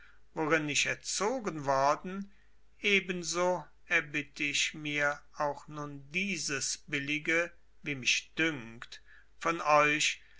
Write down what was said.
worin ich erzogen worden ebenso erbitte ich mir auch nun dieses billige wie mich dünkt von euch